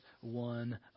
one